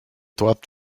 twelfth